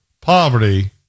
poverty